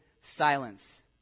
silence